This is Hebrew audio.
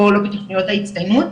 לא בתוכניות ההצטיינות